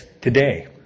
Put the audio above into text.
today